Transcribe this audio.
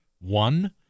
One